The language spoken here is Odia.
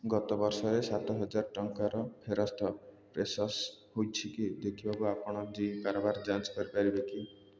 ଗତବର୍ଷରେ ସାତ ହଜାର ଟଙ୍କାର ଫେରସ୍ତ ପ୍ରୋସେସ୍ ହୋଇଛି କି ଦେଖିବାକୁ ଆପଣ ଜୀ କାରବାର ଯାଞ୍ଚ କରିପାରିବେ କି